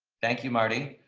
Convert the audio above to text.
thank you, marty.